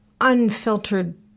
unfiltered